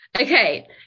Okay